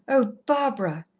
oh, barbara!